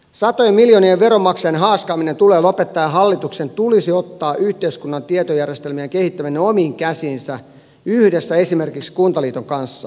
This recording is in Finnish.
veronmaksajien satojen miljoonien haaskaaminen tulee lopettaa ja hallituksen tulisi ottaa yhteiskunnan tietojärjestelmien kehittäminen omiin käsiinsä yhdessä esimerkiksi kuntaliiton kanssa